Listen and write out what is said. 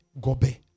gobe